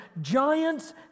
Giants